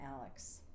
Alex